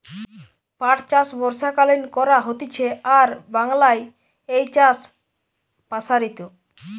পাট চাষ বর্ষাকালীন করা হতিছে আর বাংলায় এই চাষ প্সারিত